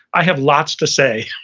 i have lots to say,